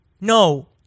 no